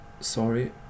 Sorry